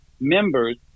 members